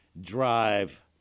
drive